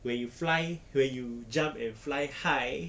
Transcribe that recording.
when you fly when you jump and fly high